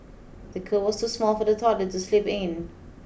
the cot was too small for the toddler to sleep in